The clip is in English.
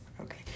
Okay